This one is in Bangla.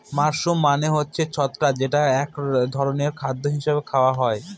মাশরুম মানে হচ্ছে ছত্রাক যেটা এক ধরনের খাদ্য হিসাবে খাওয়া হয়